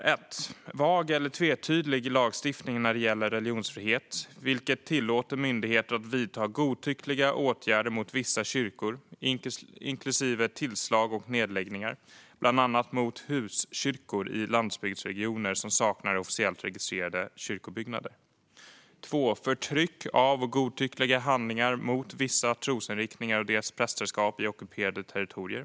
För det första handlar det om vag eller tvetydig lagstiftning när det gäller religionsfrihet, vilket tillåter myndigheter att vidta godtyckliga åtgärder mot vissa kyrkor, inklusive tillslag och nedläggningar, bland annat mot huskyrkor i landsbygdsregioner som saknar officiellt registrerade kyrkobyggnader. För det andra gäller det förtryck av och godtyckliga handlingar mot vissa trosinriktningar och deras prästerskap i ockuperade territorier.